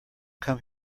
come